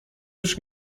już